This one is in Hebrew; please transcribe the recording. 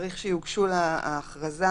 צריך שיוגשו לה ההכרזה,